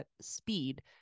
speed